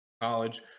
college